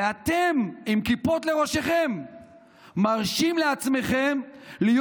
ואתם עם כיפות לראשיכם מרשים לעצמכם להיות